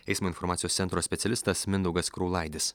eismo informacijos centro specialistas mindaugas kraulaidis